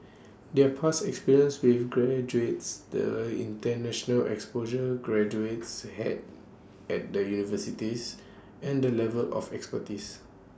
their past experience with graduates the International exposure graduates had at the universities and the level of expertise